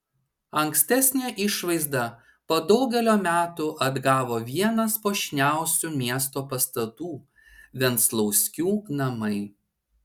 ankstesnę išvaizdą po daugelio metų atgavo vienas puošniausių miesto pastatų venclauskių namai